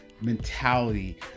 mentality